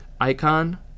icon